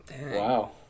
Wow